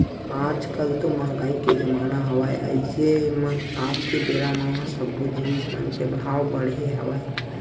आज कल तो मंहगाई के जमाना हवय अइसे म आज के बेरा म सब्बो जिनिस मन के भाव बड़हे हवय